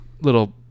little